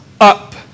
up